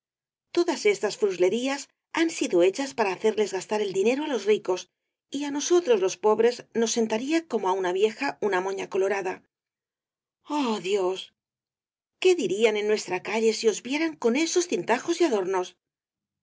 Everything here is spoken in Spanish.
todas estas fruslerías han sido hechas para hacerles gastar el dinero á los ricos y á nosotros los pobres nos sentarían como á una vieja una moña colorada oh dios qué dirían en nuesta calle si os vieran con esos cintajos y adornos